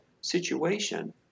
situation